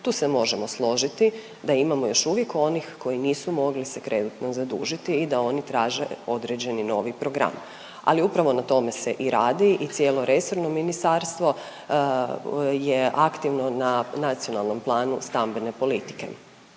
Tu se možemo složiti da imamo još uvijek onih koji nisu mogli se kreditno zadužiti i da oni traže određeni novi program, ali upravo na tome se i radi i cijelo resorno ministarstvo je aktivno na nacionalnom planu stambene politike